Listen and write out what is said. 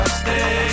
stay